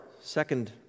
second